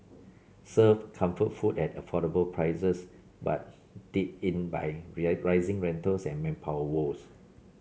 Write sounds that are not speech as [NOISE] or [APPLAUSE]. served comfort food at affordable prices but did in by [UNINTELLIGIBLE] rising rentals and manpower woes